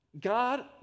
God